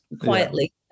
quietly